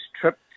trip